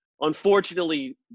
Unfortunately